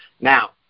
Now